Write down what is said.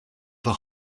the